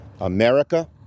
America